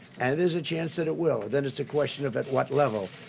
and there's a chance that it will. then it's a question of at what level.